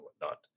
whatnot